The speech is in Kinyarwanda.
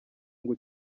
ngo